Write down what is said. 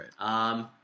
right